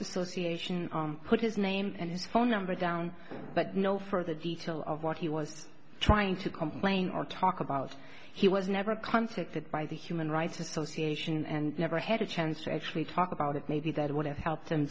association put his name and his phone number down but no further detail of what he was trying to complain or talk about he was never contacted by the human rights association and never had a chance to actually talk about it maybe that would have helped him